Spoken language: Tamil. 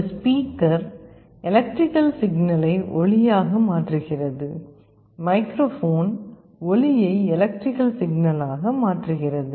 ஒரு ஸ்பீக்கர் எலக்ட்ரிக்கல் சிக்னலை ஒலியாக மாற்றுகிறது மைக்ரோஃபோன் ஒலியை எலக்ட்ரிக்கல் சிக்னலாக மாற்றுகிறது